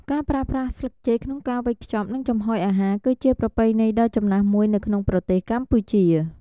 ការប្រើប្រាស់ស្លឹកចេកក្នុងការវេចខ្ចប់ និងចំហុយអាហារ គឺជាប្រពៃណីដ៏ចំណាស់មួយនៅក្នុងប្រទេសកម្ពុជា។